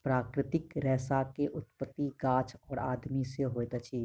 प्राकृतिक रेशा के उत्पत्ति गाछ और आदमी से होइत अछि